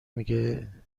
میگه